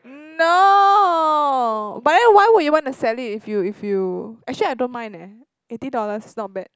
no but then why would you wanna sell it if you if you actually I don't mind eh eighty dollars is not bad